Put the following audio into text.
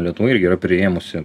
lietuva irgi yra priėmusi